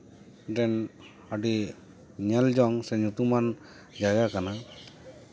ᱢᱤᱫᱴᱮᱱ ᱟᱹᱰᱤ ᱧᱮᱞ ᱡᱚᱝ ᱥᱮ ᱧᱩᱛᱩᱢᱟᱱ ᱡᱟᱭᱜᱟ ᱠᱟᱱᱟ